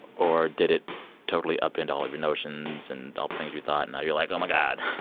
or did it totally upend all of your notions and all the things you thought? and now you're like, oh, my god